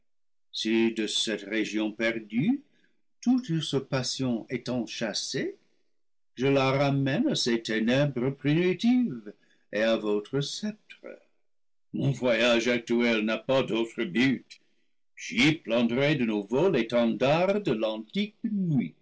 si de cette région perdue toute usurpation étant chassée je la ramène à ses ténèbres primitives et à votre sceptre mon voyage actuel n'a pas d'autre but j'y planterai de nouveau l'étendard de l'antique nuit